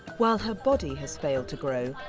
while her body has failed to grow,